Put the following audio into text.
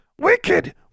Wicked